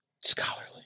scholarly